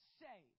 say